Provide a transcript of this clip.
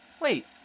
Wait